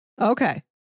Okay